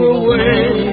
away